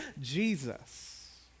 Jesus